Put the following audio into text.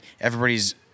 everybody's